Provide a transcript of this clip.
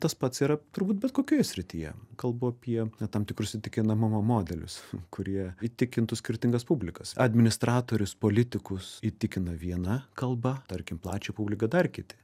tas pats yra turbūt bet kokioje srityje kalbu apie tam tikrus įtikinamumo modelius kurie įtikintų skirtingas publikas administratorius politikus įtikina viena kalba tarkim plačią publiką dar kiti